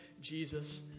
Jesus